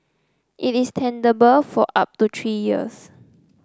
it is tenable for up to three years